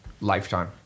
lifetime